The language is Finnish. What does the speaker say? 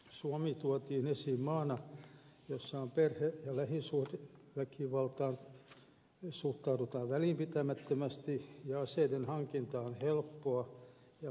suomi tuotiin esiin maana jossa perhe ja lähisuhdeväkivaltaan suhtaudutaan välinpitämättömästi ja aseiden hankinta on helppoa ja valvonta heikkoa